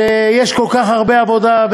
ויש כל כך הרבה עבודה,